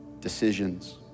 decisions